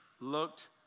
looked